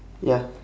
ya